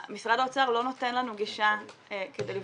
משרד האוצר לא נותן לנו גישה כדי לבדוק,